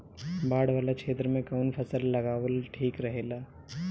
बाढ़ वाला क्षेत्र में कउन फसल लगावल ठिक रहेला?